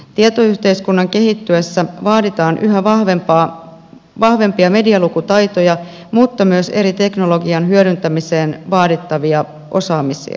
tietoyhteiskunnan kehittyessä vaaditaan yhä vahvempia medialukutaitoja mutta myös eri teknologioiden hyödyntämiseen vaadittavia osaamistaitoja